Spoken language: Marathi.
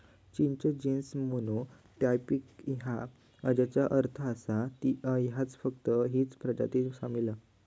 चिंच जीन्स मोनो टायपिक हा, ज्याचो अर्थ असा की ह्याच्यात फक्त हीच प्रजाती सामील हा